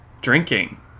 drinking